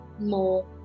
more